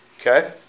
Okay